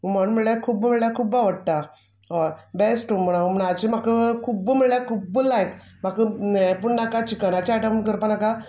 हुमण म्हळ्ळ्या खुब्ब म्हळ्ळ्या खुब्ब आवडटा ऑ बॅस्ट हुमणा हुमणाची म्हाक खुब्ब म्हळ्ळ्या खुब्ब लायक म्हाक ए पूण णाका चिकनाचे आयटम करपा नाका